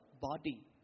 body